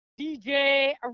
DJ